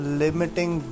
limiting